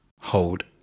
hold